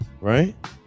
right